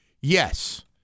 Yes